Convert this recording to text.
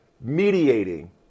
mediating